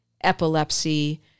epilepsy